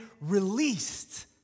released